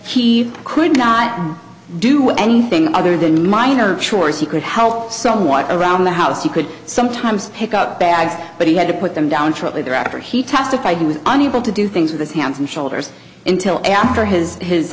she could not do anything other than minor sure she could help someone around the house you could sometimes pick up bags but he had to put them down shortly there after he testified he was unable to do things with his hands and shoulders until after his his